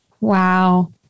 Wow